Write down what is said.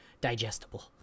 digestible